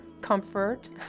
comfort